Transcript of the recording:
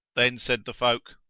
then said the folk,